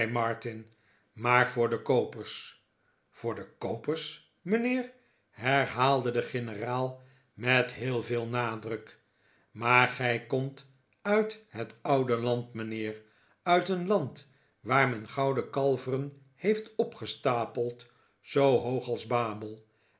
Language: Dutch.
maar voor de koopers voor de koopers mijnheer herhaalde de generaal met heel veel nadruk maar gij komt uit het oude land mijnheer uit een land waar men gouden kalveren heeft opgestapeld zoo hoog als babel